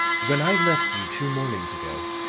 when i left you two mornings ago,